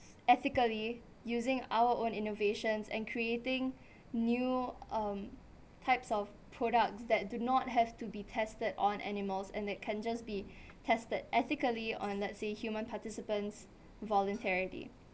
ethically using our own innovations and creating new um types of products that do not have to be tested on animals and they can just be tested ethically on let's say human participants voluntarily